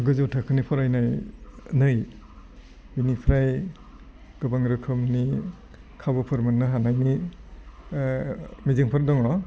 गोजौ थाखोनि फरायनानै बिनिफ्राय गोबां रोखोमनि खाबुफोर मोननो हानायनि मिजिंफोर दङ